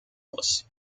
muss